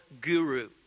guru